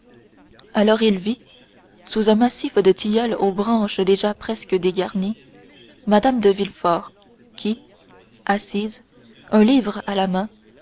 alors il vit sous un massif de tilleuls aux branches déjà presque dégarnies mme de villefort qui assise un livre à la main